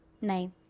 no